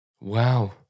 Wow